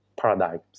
paradigms